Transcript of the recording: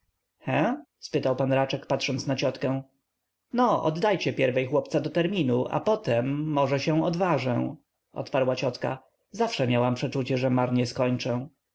spytał p raczek patrząc na ciotkę no oddajcie pierwej chłopca do terminu a potem może się odważę odparła ciotka zawsze miałam przeczucie że marnie skończę